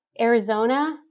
Arizona